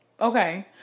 Okay